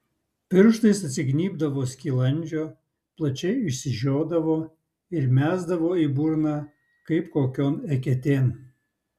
pirštais atsignybdavo skilandžio plačiai išsižiodavo ir mesdavo į burną kaip kokion eketėn